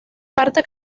parte